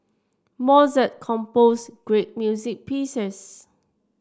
Mozart composed great music pieces